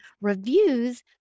reviews